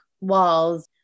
walls